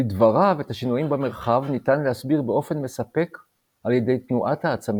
לדבריו את השינויים במרחב ניתן להסביר באופן מספק על ידי תנועות העצמים,